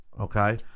Okay